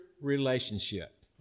relationship